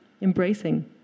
embracing